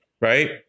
right